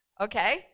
Okay